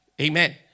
Amen